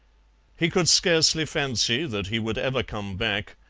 he could scarcely fancy that he would ever come back,